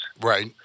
right